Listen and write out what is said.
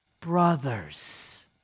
brothers